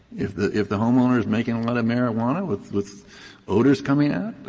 if the if the homeowner is making a lot of marijuana with with odors coming out,